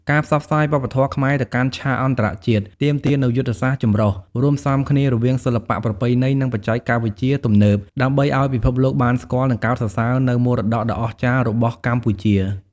ការផ្សព្វផ្សាយវប្បធម៌ខ្មែរទៅកាន់ឆាកអន្តរជាតិទាមទារនូវយុទ្ធសាស្ត្រចម្រុះ រួមផ្សំគ្នារវាងសិល្បៈប្រពៃណី និងបច្ចេកវិទ្យាទំនើប ដើម្បីឱ្យពិភពលោកបានស្គាល់ និងកោតសរសើរនូវមរតកដ៏អស្ចារ្យរបស់កម្ពុជា។